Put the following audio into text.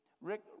Rick